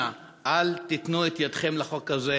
אנא, אל תיתנו את ידכם לחוק הזה,